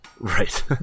right